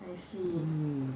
mm